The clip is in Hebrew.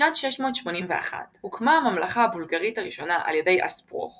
בשנת 681 הוקמה הממלכה הבולגרית הראשונה על ידי אספרוך